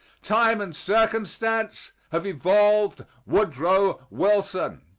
time and circumstance have evolved woodrow wilson.